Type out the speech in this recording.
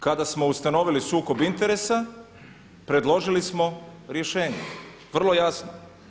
Kada smo ustanovili sukob interesa predložili smo rješenje, vrlo jasno.